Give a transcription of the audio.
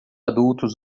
adultos